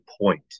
point